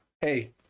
hey